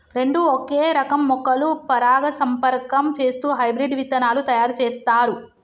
రెండు ఒకే రకం మొక్కలు పరాగసంపర్కం చేస్తూ హైబ్రిడ్ విత్తనాలు తయారు చేస్తారు